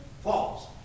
false